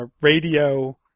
radio